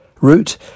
Root